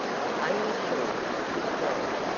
are you sure? he cried.